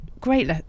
great